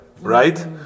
right